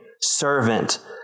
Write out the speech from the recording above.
servant